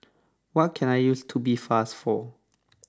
what can I use Tubifast for